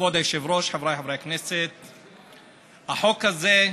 החוק החשוב הזה,